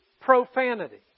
profanity